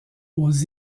aux